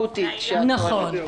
והיא העילה של תום לב בהגשת כתב אישום.